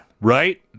Right